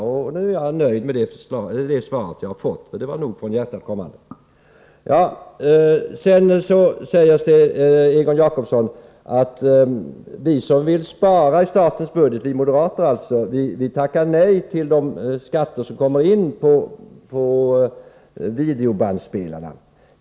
Jag är nöjd med det svar som jag fått, för det kom nog från hjärtat. Sedan sade Egon Jacobsson att vi moderater som vill spara tackar nej till de skatter som kommer in på videobandspelarna.